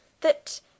that